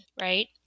right